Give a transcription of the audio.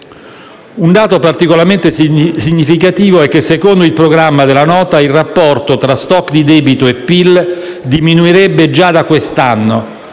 Un dato particolarmente significativo è - secondo il programma della Nota - che il rapporto tra *stock* di debito e PIL diminuirebbe già da quest'anno,